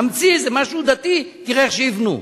נמציא איזה משהו דתי, תראה איך שיבנו.